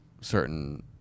certain